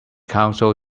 council